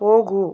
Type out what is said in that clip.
ಹೋಗು